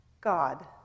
God